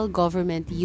government